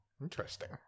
interesting